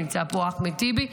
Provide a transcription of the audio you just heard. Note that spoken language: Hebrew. נמצא פה אחמד טיבי.